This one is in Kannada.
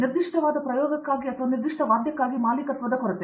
ನಿರ್ದಿಷ್ಟವಾದ ಪ್ರಯೋಗಕ್ಕಾಗಿ ಅಥವಾ ನಿರ್ದಿಷ್ಟ ವಾದ್ಯಕ್ಕಾಗಿ ಮಾಲೀಕತ್ವದ ಕೊರತೆ